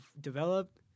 developed